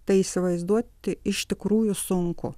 tai įsivaizduoti iš tikrųjų sunku